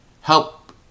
help